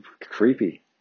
creepy